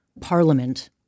parliament